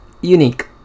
unique